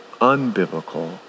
unbiblical